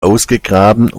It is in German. ausgegraben